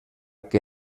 que